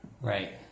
Right